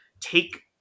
take